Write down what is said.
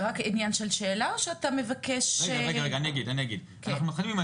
אנחנו מתחילים,